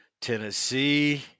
Tennessee